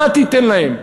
מה תיתן להם?